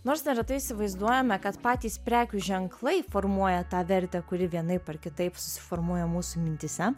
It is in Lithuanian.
nors neretai įsivaizduojame kad patys prekių ženklai formuoja tą vertę kuri vienaip ar kitaip susiformuoja mūsų mintyse